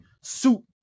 suit